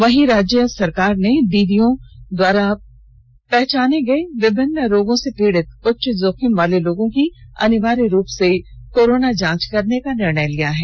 वहीं राज्य सरकार ने दीदियों बहनों द्वारा पहचाने गए विभिन्न रोगों से पीड़ित उच्च जोखिम वाले लोगों की अनिवार्य रूप से कोरोना जांच करने का निर्णय लिया है